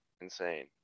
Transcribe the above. insane